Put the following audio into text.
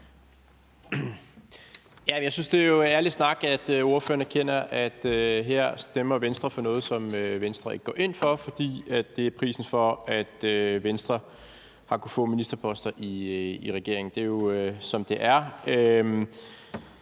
Jeg synes, det er ærlig snak, at ordføreren erkender, at her stemmer Venstre for noget, som Venstre ikke går ind for, fordi det er prisen for, at Venstre har kunnet få ministerposter i regeringen. Det er jo, som det er.